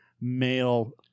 male